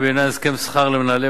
והייתי מצפה ומבקש שתחכה לסוף התהליך